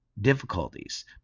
difficulties